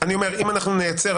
אני אומר: אם אנחנו נייצר,